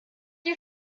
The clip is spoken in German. die